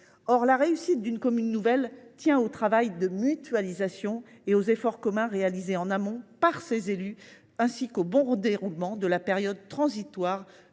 Or la réussite d’une commune nouvelle tient au travail de mutualisation et aux efforts communs réalisés en amont par les élus, ainsi qu’au bon déroulement de la période transitoire